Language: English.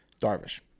Darvish